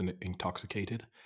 intoxicated